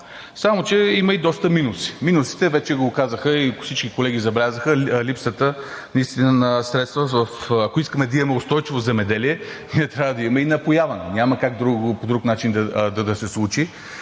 Само че има и доста минуси. Минусите вече ги казаха. Всички колеги забелязаха липсата наистина на средства. Ако искаме да имаме устойчиво земеделие, трябва да имаме напояване. Няма как по друг начин да се случи